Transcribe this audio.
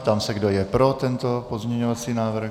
Ptám se, kdo je pro tento pozměňovací návrh.